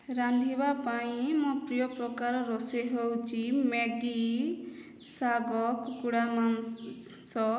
ରାନ୍ଧିବା ପାଇଁ ମୋ ପ୍ରିୟ ପ୍ରକାର ରୋଷେଇ ହେଉଛି ମେଗି ଶାଗ କୁକୁଡ଼ା ମାଂସ